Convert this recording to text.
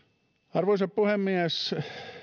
arvoisa puhemies